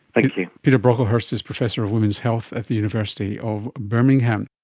thank you. peter brocklehurst is professor of women's health at the university of birmingham